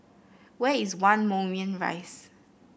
where is One Moulmein Rise